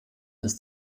ist